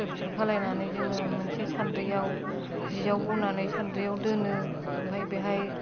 फिथर फिथर खालामनानै जोङो मोनसे सान्द्रिआव जियाव बनानै सान्द्रियाव दोनो ओमफ्राय बेहाय